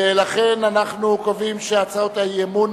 ולכן אנחנו קובעים שהצעות האי-אמון